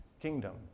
kingdom